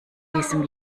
diesem